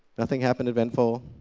nothing happened eventful.